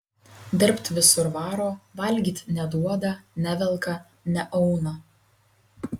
dirbt visur varo valgyt neduoda nevelka neauna